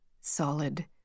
solid